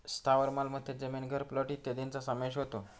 स्थावर मालमत्तेत जमीन, घर, प्लॉट इत्यादींचा समावेश होतो